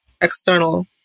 external